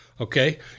okay